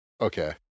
Okay